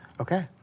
Okay